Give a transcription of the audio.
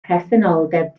presenoldeb